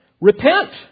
Repent